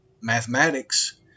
mathematics